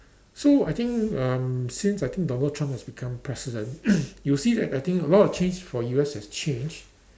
so I think um since I think Donald-Trump has become president you will see that I think a lot of change for U_S has changed